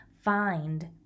find